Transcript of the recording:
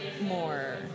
more